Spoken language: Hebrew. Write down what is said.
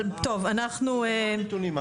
מה הנתונים?